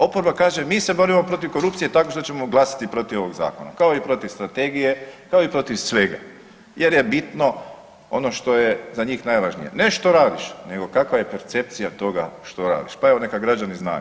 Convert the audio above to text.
Oporba kaže mi se borimo protiv korupcije tako što ćemo glasati protiv ovog zakona kao i protiv strategije, kao i protiv svega jer je bitno ono što je za njih najvažnije, ne što radiš nego kakva je percepcija toga što radiš, pa evo neka građani znaju.